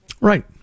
Right